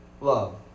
love